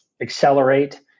accelerate